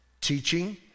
teaching